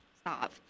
stop